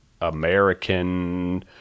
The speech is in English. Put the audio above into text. american